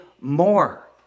more